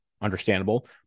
understandable